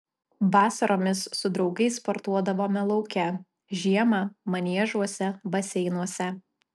vasaromis su draugais sportuodavome lauke žiemą maniežuose baseinuose